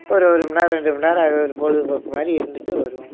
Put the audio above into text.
ஒரு ஒரு மணி நேரம் ரெண்டு மணி நேரம் அது ஒரு பொழுதுபோக்கு மாதிரி இருந்துட்டு வருவோம்